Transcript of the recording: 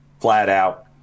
flat-out